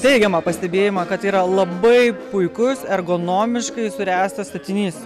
teigiamą pastebėjimą kad yra labai puikus ergonomiškai suręstas statinys